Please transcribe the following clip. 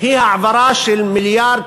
היא העברה של 1.2 מיליארד